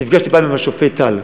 נפגשתי פעם עם השופט טל,